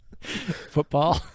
Football